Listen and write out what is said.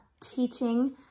teaching